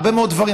הרבה מאוד דברים,